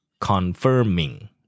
confirming